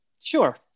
Sure